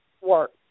work